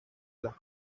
las